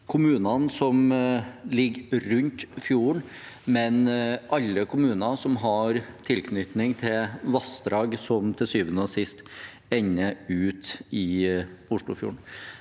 kommunene som ligger rundt fjorden, men alle kommuner som har tilknytning til vassdrag som til syvende og sist ender ut i Oslofjorden.